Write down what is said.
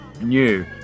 new